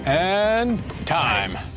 and time.